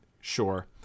Sure